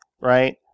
right